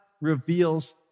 reveals